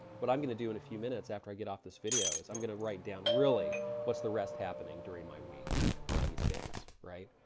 what i'm gonna do in a few minutes after i get off this video is i'm gonna write down really what's the rest happening during my week on these days, right?